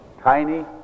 tiny